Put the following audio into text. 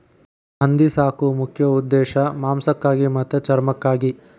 ಹಂದಿ ಸಾಕು ಮುಖ್ಯ ಉದ್ದೇಶಾ ಮಾಂಸಕ್ಕಾಗಿ ಮತ್ತ ಚರ್ಮಕ್ಕಾಗಿ